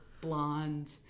blonde